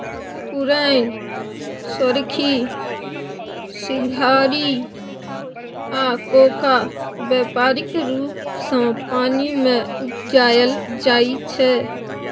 पुरैण, सोरखी, सिंघारि आ कोका बेपारिक रुप सँ पानि मे उपजाएल जाइ छै